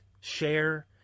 share